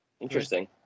Interesting